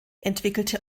entwickelte